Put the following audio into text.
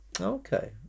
Okay